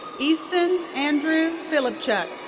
easton andrew pilipchuk.